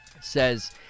says